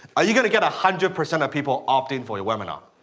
are you gonna get a hundred percent of people opt-in for your webinar?